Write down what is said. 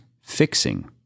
Fixing